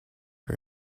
her